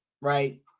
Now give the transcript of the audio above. right